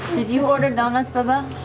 you order donuts, behbeh?